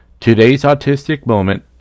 todaysautisticmoment